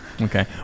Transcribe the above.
Okay